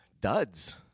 duds